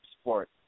sport